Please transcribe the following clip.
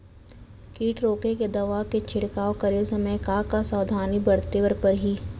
किट रोके के दवा के छिड़काव करे समय, का का सावधानी बरते बर परही?